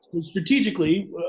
Strategically